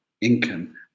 income